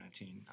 2019